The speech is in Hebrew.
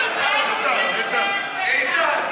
איתן,